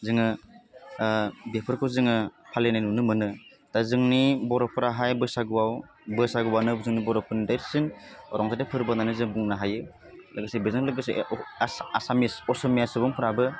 जोङो बेफोरखौ जोङो फालिनाय नुनो मोनो दा जोंनि बर'फ्राहाय बैसागुआव बैसागुवानो जोंनि बर'फोरनि देरसिन रंजाथाइ फोरबो होन्नानै जों बुंनो हायो लोगोसे बेजों लोगोसे आस आसामिस असमिया सुुबुंफ्राबो